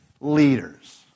leaders